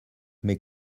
mais